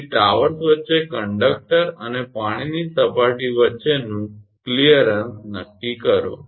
તેથી ટાવર્સ વચ્ચે કંડક્ટર અને પાણીની સપાટીની વચ્ચેનું કલીયરન્સ નક્કી કરો